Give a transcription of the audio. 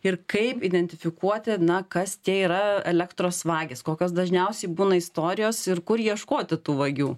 ir kaip identifikuoti na kas tie yra elektros vagys kokios dažniausiai būna istorijos ir kur ieškoti tų vagių